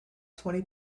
twenty